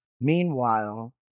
Meanwhile